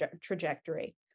trajectory